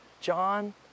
John